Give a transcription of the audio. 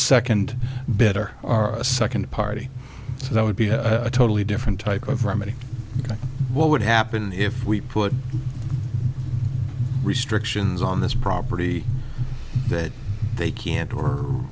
second better are a second party so that would be a totally different type of remedy what would happen if we put restrictions on this property that they can't or